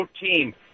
team